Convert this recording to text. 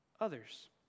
others